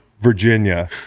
Virginia